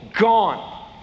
gone